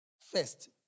first